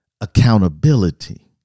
accountability